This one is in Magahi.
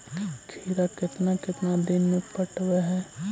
खिरा केतना केतना दिन में पटैबए है?